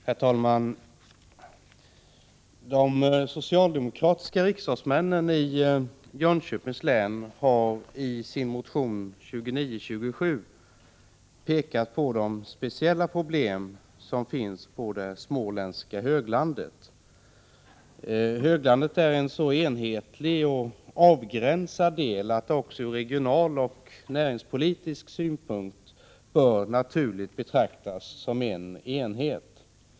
Herr talman! De socialdemokratiska riksdagsmännen i Jönköpings län har isin motion 2927 pekat på de speciella problem som finns på det småländska höglandet. Höglandet är en så enhetlig och avgränsad del att det ur regionalpolitisk och näringspolitisk synpunkt naturligen bör betraktas som en enhet.